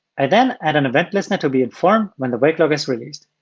i then add an event listener to be informed when the wake lock is released.